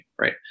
right